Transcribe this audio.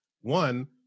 One